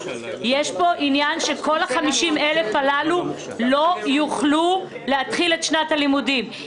יש פה עניין שכל 50,000 הללו לא יוכלו להתחיל את שנת הלימודים.